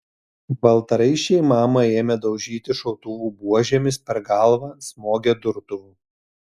baltaraiščiai mamą ėmė daužyti šautuvų buožėmis per galvą smogė durtuvu